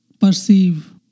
perceive